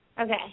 okay